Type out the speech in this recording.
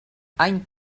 any